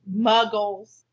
muggles